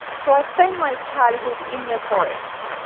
so i spent my childhood in the forest.